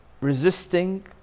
Resisting